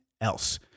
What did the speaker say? else